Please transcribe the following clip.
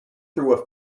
through